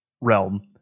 realm